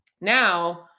Now